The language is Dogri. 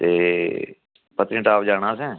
ते पत्नीटाॅप जाना असें